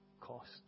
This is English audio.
cost